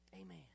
Amen